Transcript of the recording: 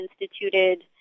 instituted